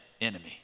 enemy